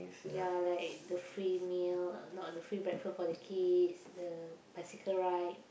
ya like the free meal not the free breakfast for the kids the bicycle ride